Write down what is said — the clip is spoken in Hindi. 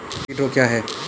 कीट रोग क्या है?